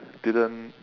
didn't